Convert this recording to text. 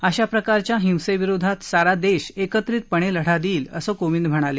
अशा प्रकारच्या हिंसेविरोधात सारा देश एकत्रितपणे लढा देईल असं कोविंद म्हणाले